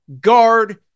guard